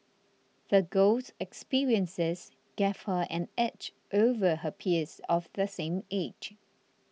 the girl's experiences gave her an edge over her peers of the same age